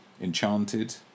Enchanted